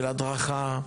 של הדרכה,